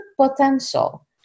potential